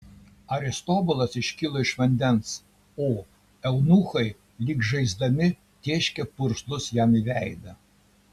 aristobulas iškilo iš vandens o eunuchai lyg žaisdami tėškė purslus jam į veidą